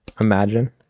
imagine